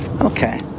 okay